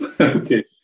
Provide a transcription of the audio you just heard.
Okay